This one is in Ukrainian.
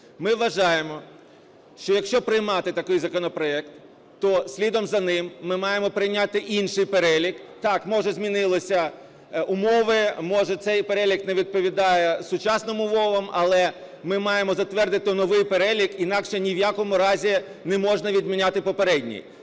Ми вважаємо, що якщо приймати такий законопроект, то слідом за ним ми маємо прийняти інший перелік. Так, може, змінилися умови, може, цей перелік не відповідає сучасним умовам. Але ми маємо затвердити новий перелік. Інакше ні в якому разі не можна відміняти попередній.